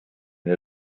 jäi